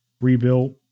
rebuilt